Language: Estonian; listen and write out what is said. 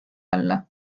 alla